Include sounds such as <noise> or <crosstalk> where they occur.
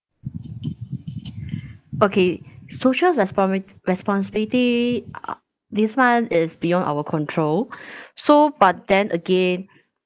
okay social respon~ responsibility uh this [one] is beyond our control <breath> so but then again